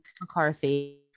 McCarthy